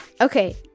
Okay